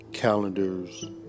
Calendars